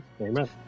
Amen